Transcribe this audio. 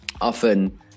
often